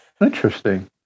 Interesting